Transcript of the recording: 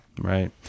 Right